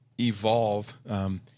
evolve